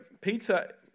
Peter